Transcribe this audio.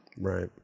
Right